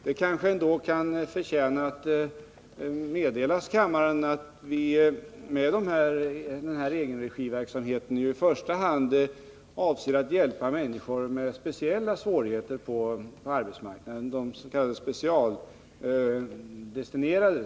Det kan kanske ändå förtjäna att meddelas kammaren att vi med denna egenregiverksamhet i första hand avser att hjälpa människor med speciella svårigheter på arbetsmarknaden, de s.k. specialanvisade.